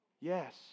Yes